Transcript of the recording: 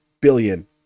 billion